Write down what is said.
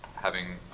having